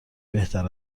بهتر